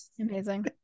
Amazing